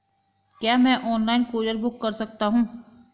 क्या मैं online courier book कर सकता हूँ?